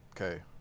Okay